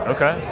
Okay